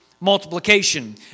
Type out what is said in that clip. multiplication